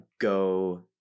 go